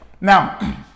Now